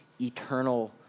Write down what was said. eternal